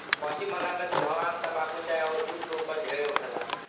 पश्चिम बंगाल में धान, तम्बाकू, चाय अउर जुट के ऊपज ढेरे होखेला